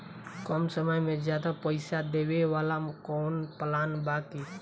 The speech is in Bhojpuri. कम समय में ज्यादा पइसा देवे वाला कवनो प्लान बा की?